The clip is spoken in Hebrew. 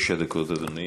תשע דקות, אדוני.